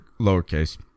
lowercase